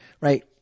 right